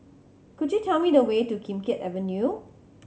could you tell me the way to Kim Keat Avenue